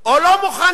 או לא מוכנים